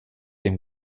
dem